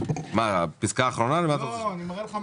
המסמך הזה נמצא גם